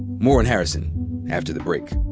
more on harrison after the break.